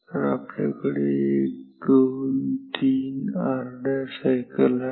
तर आपल्याकडे 1 2 3 अर्ध्या सायकल आहेत